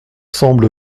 semble